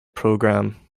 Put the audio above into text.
program